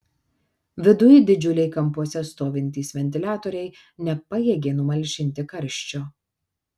viduj didžiuliai kampuose stovintys ventiliatoriai nepajėgė numalšinti karščio